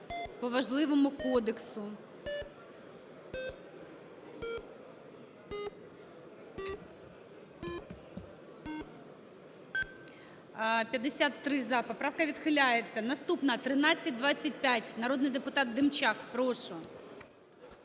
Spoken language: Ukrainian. Поправка відхиляється. Наступна – 1325. Народний депутат Демчак, прошу.